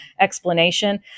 explanation